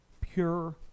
pure